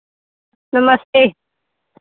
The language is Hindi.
नमस्ते